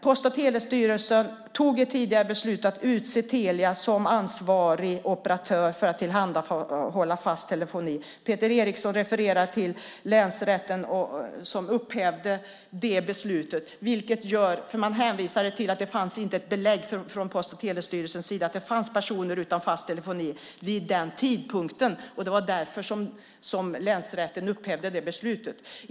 Post och telestyrelsen tog ett tidigare beslut att utse Telia som ansvarig operatör för att tillhandahålla fast telefoni. Peter Eriksson refererar till länsrätten som upphävde det beslutet. Man hänvisade till att det inte fanns något belägg från Post och telestyrelsens sida att det fanns personer utan fast telefoni vid den tidpunkten. Det var därför länsrätten upphävde det beslutet.